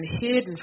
hidden